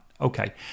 Okay